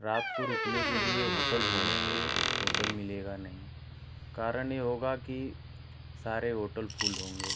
रात को रुकने के लिए होटल ढूँढ़ेंगे होटल मिलेगा नहीं कारण ये होगा कि सारे होटल फुल होंगे